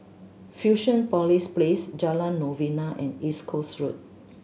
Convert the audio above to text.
Fusionopolis Place Jalan Novena and East Coast Road